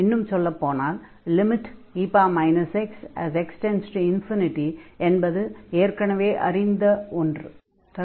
இன்னும் சொல்லப் போனால் e x 0 என்பது ஏற்கெனவே அறிந்தது ஆகும்